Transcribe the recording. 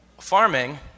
Farming